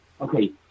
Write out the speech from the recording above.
Okay